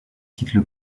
quittent